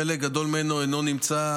חלק גדול ממנו איננו נמצא,